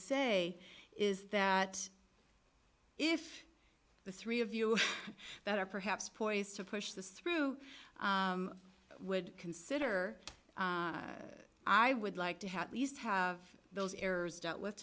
say is that if the three of you that are perhaps poised to push this through would consider i would like to have at least have those errors dealt with